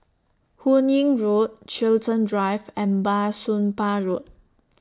Hun Yeang Road Chiltern Drive and Bah Soon Pah Road